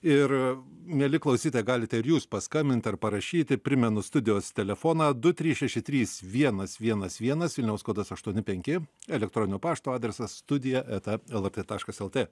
ir mieli klausytojai galite ir jūs paskambint ar parašyti primenu studijos telefoną du trys šeši trys vienas vienas vienas vilniaus kodas aštuoni penki elektroninio pašto adresas studija eta lrt taškas lt